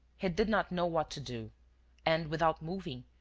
he did not know what to do and, without moving,